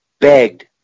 begged